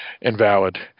invalid